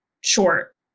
short